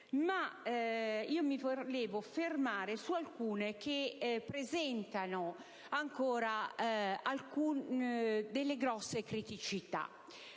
ma io mi volevo soffermare su altre che presentano ancora delle grosse criticità,